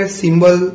symbol